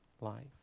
life